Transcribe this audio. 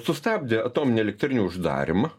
sustabdė atominių elektrinių uždarymą